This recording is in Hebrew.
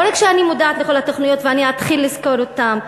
לא רק שאני מודעת לכל התוכניות ואני אתחיל לסקור אותן,